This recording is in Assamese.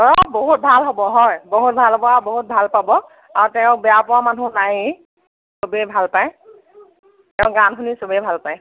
অঁ বহুত ভাল হ'ব হয় বহুত ভাল হ'ব আৰু বহুত ভাল পাব আৰু তেওঁক বেয়া পোৱা মানুহ নায়েই চবে ভাল পায় তেওঁৰ গান শুনি চবেই ভাল পায়